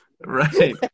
Right